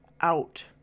out